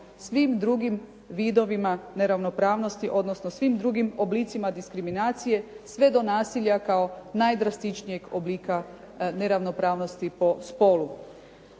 svim drugim vidovima neravnopravnosti, odnosno svim drugim oblicima diskriminacije sve do nasilja kao najdrastičnijeg oblika neravnopravnosti po spolu.